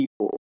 people